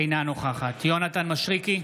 אינה נוכחת יונתן מישרקי,